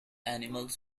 animals